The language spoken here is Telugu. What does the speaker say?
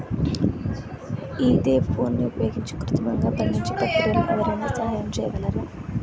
ఈథెఫోన్ని ఉపయోగించి కృత్రిమంగా పండించే ప్రక్రియలో ఎవరైనా సహాయం చేయగలరా?